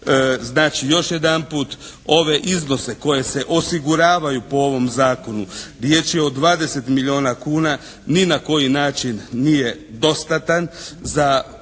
Znači još jedanput, ove iznose koje se osiguravaju po ovom zakonu, riječ je o 20 milijuna kuna, ni na koji način nije dostatan za one